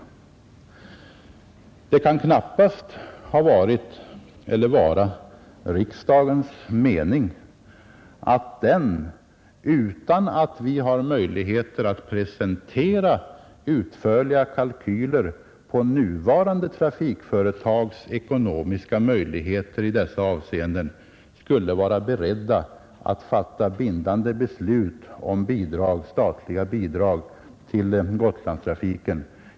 Det kan knappast vara riksdagens mening att den, utan att vi har möjligheter att presentera utförliga kalkyler om nuvarande trafikföretags ekonomiska möjligheter i dessa avseenden, skulle vara beredd att fatta bindande beslut om statliga bidrag till Gotlandstrafiken.